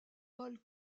paul